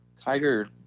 tiger